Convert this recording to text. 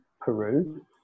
Peru